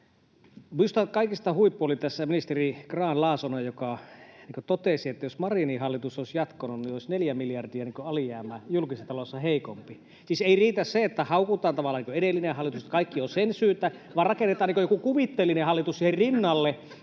Minusta kaikista huippu oli tässä ministeri Grahn-Laasonen, joka totesi, että jos Marinin hallitus olisi jatkanut, olisi neljä miljardia alijäämä julkisessa taloudessa heikompi. [Vasemmalta: Joo!] Siis ei riitä se, että haukutaan tavallaan edellinen hallitus, että kaikki on sen syytä, vaan rakennetaan joku kuvitteellinen hallitus siihen rinnalle